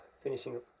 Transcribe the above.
finishing